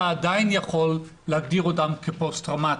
עדיין יכול להגדיר אותם כפוסט טראומטיים.